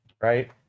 right